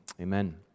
Amen